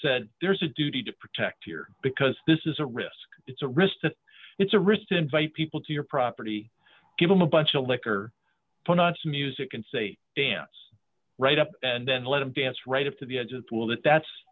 said there's a duty to protect here because this is a risk it's a risk that it's a risk to invite people to your property give them a bunch of liquor finance music and say dance right up and then let him dance right up to the edge of the pool that that's